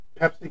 Pepsi